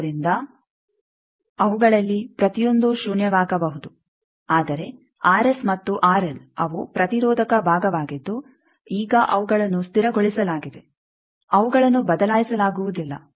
ಆದ್ದರಿಂದ ಅವುಗಳಲ್ಲಿ ಪ್ರತಿಯೊಂದೂ ಶೂನ್ಯವಾಗಬಹುದು ಆದರೆ ಮತ್ತು ಅವು ಪ್ರತಿರೋಧಕ ಭಾಗವಾಗಿದ್ದು ಈಗ ಅವುಗಳನ್ನು ಸ್ಥಿರಗೊಳಿಸಲಾಗಿದೆ ಅವುಗಳನ್ನು ಬದಲಾಯಿಸಲಾಗುವುದಿಲ್ಲ